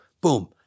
Boom